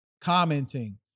commenting